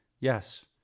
Yes